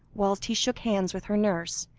whilst he shook hands with her nurse,